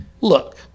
Look